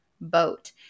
boat